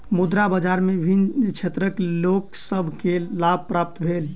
मुद्रा बाजार में विभिन्न क्षेत्रक लोक सभ के लाभ प्राप्त भेल